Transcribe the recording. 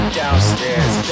downstairs